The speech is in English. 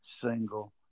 single